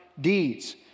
deeds